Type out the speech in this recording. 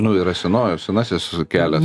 nu yra seno senasis kelias